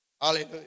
Hallelujah